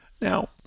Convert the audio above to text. Now